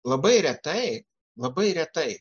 labai retai labai retai